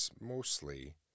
mostly